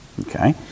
Okay